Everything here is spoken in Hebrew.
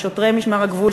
בשוטרי משמר הגבול,